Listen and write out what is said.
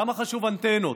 למה חשובות אנטנות?